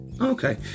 Okay